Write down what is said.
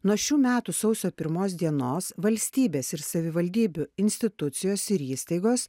nuo šių metų sausio pirmos dienos valstybės ir savivaldybių institucijos ir įstaigos